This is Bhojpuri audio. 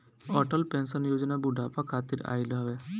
अटल पेंशन योजना बुढ़ापा खातिर आईल हवे